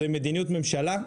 זו מדיניות ממשלה,